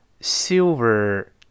silver